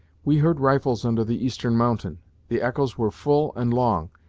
we heard rifles under the eastern mountain the echoes were full and long,